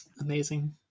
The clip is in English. amazing